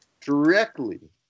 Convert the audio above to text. directly